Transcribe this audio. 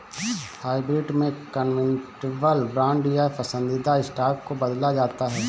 hybrid में convertible bond या पसंदीदा स्टॉक को बदला जाता है